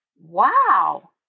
Wow